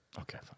Okay